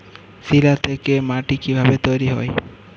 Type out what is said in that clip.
শিলা থেকে মাটি কিভাবে তৈরী হয়?